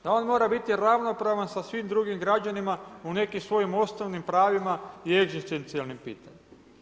Da on mora biti ravnopravan sa svim drugim građanima u nekim svojim osnovnim pravima i egzistencijalnim pitanjima.